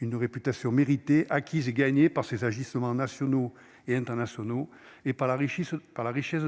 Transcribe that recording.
une réputation méritée à qui j'ai gagné par ses agissements, nationaux et internationaux et par la richesse par la richesse